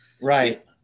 Right